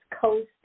Coast